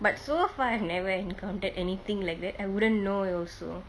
but so far I have never encountered anything like that I wouldn't know it also